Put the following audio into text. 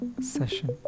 session